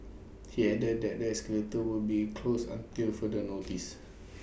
he added that the escalator would be closed until further notice